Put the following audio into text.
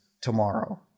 tomorrow